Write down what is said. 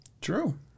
True